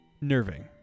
nerving